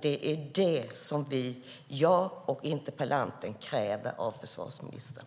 Det är det som jag och interpellanten kräver av försvarsministern.